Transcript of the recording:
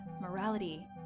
morality